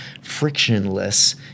frictionless